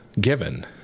given